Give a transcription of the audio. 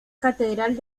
catedral